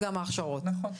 נכון.